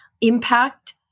impact